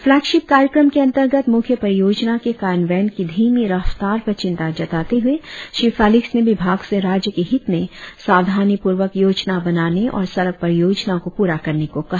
flagship कार्यक्रम के अंतर्गत मुख्य परियोजनाओं के कार्यान्वयन की धीमी रफ्तार पर चिंता जताते हुए श्री फेलिक्स ने विभाग से राज्य के हित में सावधानीपूर्वक योजना बनाने और सड़क परियोजनाओं को पूरा करने को कहा